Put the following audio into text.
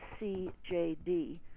CJD